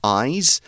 eyes